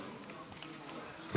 לישראל (גמלאות) (תיקון מס'